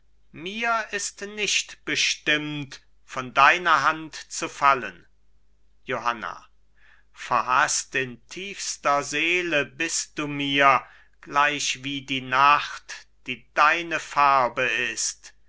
mir ist nicht bestimmt von deiner hand zu fallen johanna verhaßt in tiefer seele bist du mir gleich wie die nacht die deine farbe ist